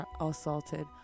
assaulted